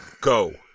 Go